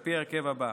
על פי ההרכב הבא: